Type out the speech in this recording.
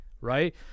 right